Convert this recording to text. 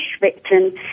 victim